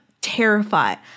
terrified